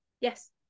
Yes